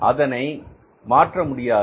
அதை மாற்ற முடியாது